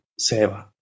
seva